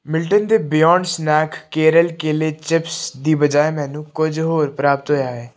Milton ਦੇ beyond snack Kerala ਕੇਲੇ chips ਦੀ ਬਜਾਏ ਮੈਨੂੰ ਕੁਝ ਹੋਰ ਪ੍ਰਾਪਤ ਹੋਇਆ ਹੈ